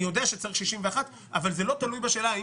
אני יודע שצריך 61 אבל זה לא תלוי בשאלה האם